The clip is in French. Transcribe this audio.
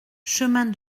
chemin